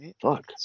Fuck